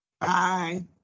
Bye